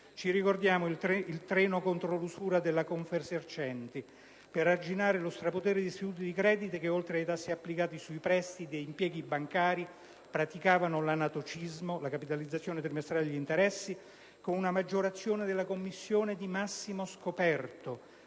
Ci ricordiamo il «Treno contro l'usura» della Confesercenti per arginare lo strapotere di istituti di credito che, oltre ai tassi applicati su prestiti ed impieghi bancari, praticavano l'anatocismo (ovvero la capitalizzazione trimestrale degli interessi), con una maggiorazione della commissione di massimo scoperto,